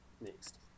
next